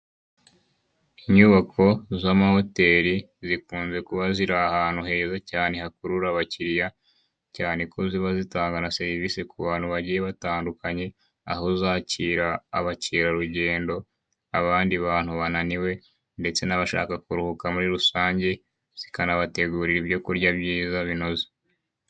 Inyubako z'amahoteli, zikunze kuba ziri ahantu heza cyane hakurura abakiriya, cyane ko ziba zitanga na serivisi ku bantu bagiye batandukanye, aho zakira abakerarugendo, abandi bantu bananiwe ndetse n'abashaka kuruhuka muri rusange, zikanabategurira ibiryo byiza binoze.